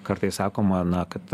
kartais sakoma na kad